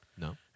No